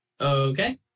okay